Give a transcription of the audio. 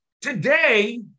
Today